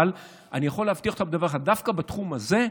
אבל אני יכול להבטיח לך דבר אחד: דווקא בתחום הזה,